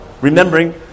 remembering